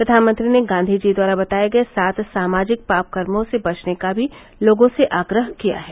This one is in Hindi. प्रधानमंत्री ने गांधी जी द्वारा बताये गये सात समाजिक पापकर्मों से बचने का भी लोगों से आग्रह किया है